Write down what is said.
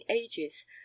ages